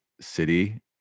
city